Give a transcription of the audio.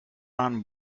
done